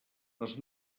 les